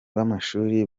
b’amashuri